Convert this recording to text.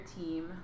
team